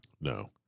No